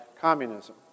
communism